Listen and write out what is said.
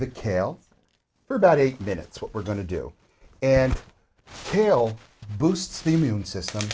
kale for about eight minutes what we're going to do and he'll boost the immune system